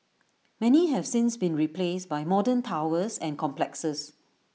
many have since been replaced by modern towers and complexes